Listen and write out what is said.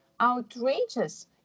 outrageous